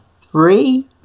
three